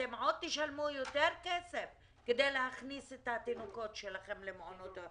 אתם עוד תשלמו יותר כסף כדי להכניס את התינוקות שלכם למעונות.